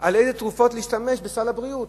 על תרופות בסל הבריאות.